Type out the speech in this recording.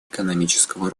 экономического